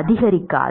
rz அதிகரிக்காது